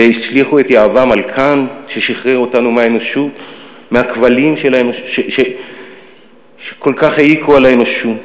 והשליכו את יהבם על קאנט ששחרר אותנו מהכבלים שכל כך העיקו על האנושות.